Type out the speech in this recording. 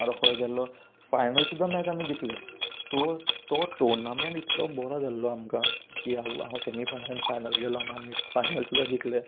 हांव रोकडो गेल्लो फायनल सुद्दां मॅच आमी जिकले सो तो टोर्नामेंट इतलो बरो जाल्लो आमकां हांव सेमी फायनल फायनल गेलो आनी आमी फायनल सुद्दां जिकले